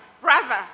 brother